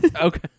okay